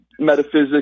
metaphysics